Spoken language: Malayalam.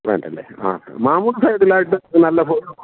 സൈഡിലായിട്ട് നല്ല